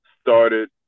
started